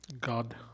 God